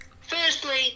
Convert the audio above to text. firstly